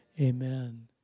amen